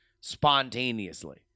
spontaneously